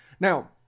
Now